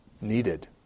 needed